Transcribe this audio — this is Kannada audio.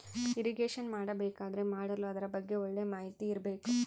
ಇರಿಗೇಷನ್ ಮಾಡಬೇಕಾದರೆ ಮಾಡಲು ಅದರ ಬಗ್ಗೆ ಒಳ್ಳೆ ಮಾಹಿತಿ ಇರ್ಬೇಕು